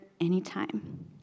anytime